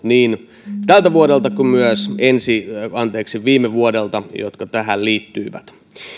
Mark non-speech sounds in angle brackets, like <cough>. <unintelligible> niin tältä vuodelta kuin myös viime vuodelta nämä perustuslakivaliokunnan lausunnot jotka tähän liittyvät